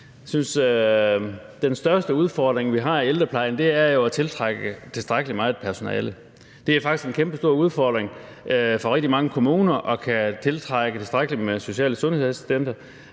den største udfordring, vi har i ældreplejen, jo er at tiltrække tilstrækkelig meget personale. Det er faktisk en kæmpestor udfordring for rigtig mange kommuner at kunne tiltrække tilstrækkelig med social- og sundhedsassistenter,